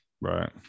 right